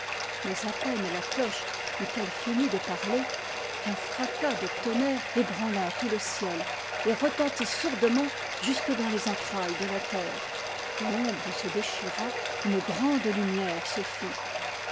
mais à peine la cloche eut-elle fini de parler qu'un fracas de tonnerre ébranla tout le ciel et retentit sourdement jus que dans les entrailles de la terre l'ombre se déchira une grande lumière